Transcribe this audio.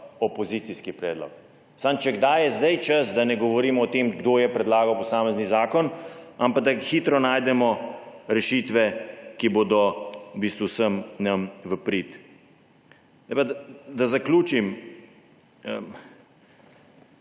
opozicijski predlog. Samo če kdaj, je zdaj čas, da ne govorimo o tem, kdo je predlagal posamezni zakon, ampak da hitro najdemo rešitve, ki bodo vsem nam v prid. Da zaključim.